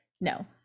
no